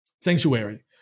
sanctuary